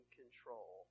control